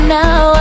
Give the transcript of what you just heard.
now